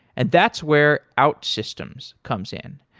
and that's where outsystems comes in.